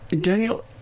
Daniel